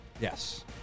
Yes